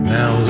Now